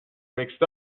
mixed